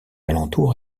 alentour